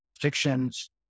fictions